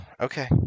Okay